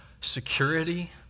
security